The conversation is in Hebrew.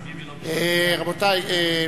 רבותי,